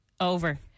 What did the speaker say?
Over